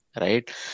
right